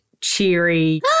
cheery